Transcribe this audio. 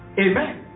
Amen